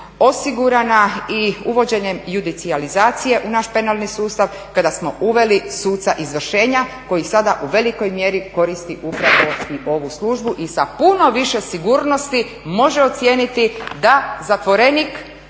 osigurana i uvođenjem judicijalizacije u naš penalni sustav kada smo uveli suca izvršenja koji sada u velikoj mjeri koristi upravo i ovu službu i sa puno više sigurnosti može ocijeniti da zatvorenih